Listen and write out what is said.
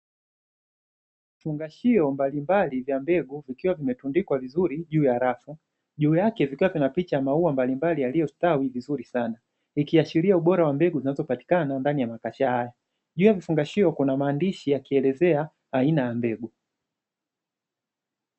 Vifungashio mbalimbali vya mbegu, vikiwa vimetundikwa vizuri juu ya rafu, juu yake vikuwa vina picha ya maua mbalimbali yaliyostawi vizuri sana, ikiashiria ubora wa mbegu zinazopatikana ndani ya makasha haya. Juu ya vifungashio kuna maandishi yakielezea aina ya mbegu.